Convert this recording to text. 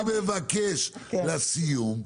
מה שאני מבקש לסיום,